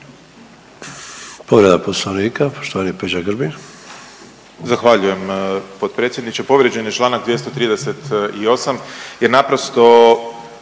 Povreda Poslovnika poštovani Peđa Grbin.